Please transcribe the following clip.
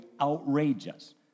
outrageous